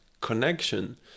connection